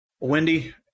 Wendy